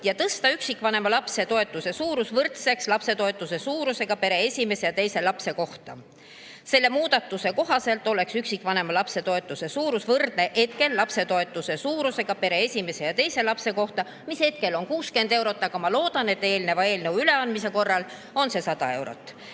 ja tõsta üksikvanema lapse toetuse suurus võrdseks lapsetoetuse suurusega pere esimese ja teise lapse kohta. Selle muudatuse kohaselt oleks üksikvanema lapse toetuse suurus võrdne hetkel [kehtiva] lapsetoetuse suurusega pere esimese ja teise lapse kohta, mis on 60 eurot, aga ma loodan, et eelneva eelnõu [seaduseks saamise] korral 100 eurot.Me